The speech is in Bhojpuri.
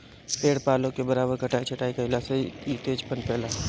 पेड़ पालो के बराबर कटाई छटाई कईला से इ तेज पनपे ला